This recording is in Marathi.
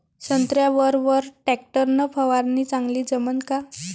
संत्र्यावर वर टॅक्टर न फवारनी चांगली जमन का?